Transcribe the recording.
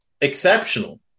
exceptional